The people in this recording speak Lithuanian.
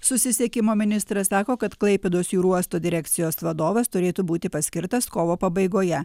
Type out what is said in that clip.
susisiekimo ministras sako kad klaipėdos jūrų uosto direkcijos vadovas turėtų būti paskirtas kovo pabaigoje